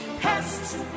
pests